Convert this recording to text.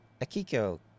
Akiko